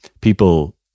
people